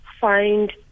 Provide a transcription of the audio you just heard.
find